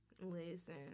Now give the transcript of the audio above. Listen